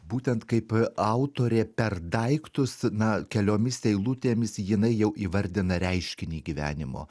būtent kaip autorė per daiktus na keliomis eilutėmis jinai jau įvardina reiškinį gyvenimo